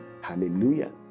Hallelujah